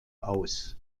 aus